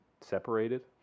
separated